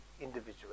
individual